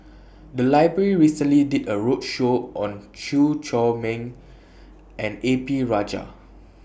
The Library recently did A roadshow on Chew Chor Meng and A P Rajah